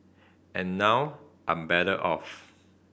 and now I'm better off